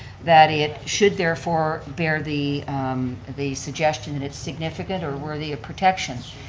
that it should therefore bear the the suggestion that it's significant or worthy of protection.